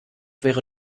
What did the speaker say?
wäre